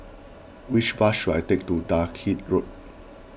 which bus should I take to Dalkeith Road